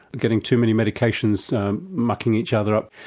getting too many medications mucking each other up.